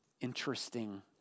interesting